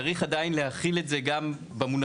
צריך עדיין להחיל את זה גם במונחים